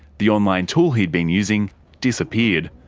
the online tool he'd been using disappeared.